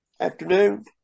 afternoon